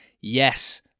yes